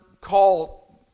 call